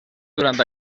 durant